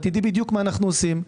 תדעי בדיוק מה אנו עושים.